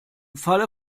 falle